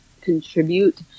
contribute